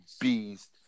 beast